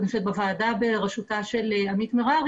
זה בוועדה בראשותה של עמית מררי,